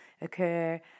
occur